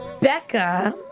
Becca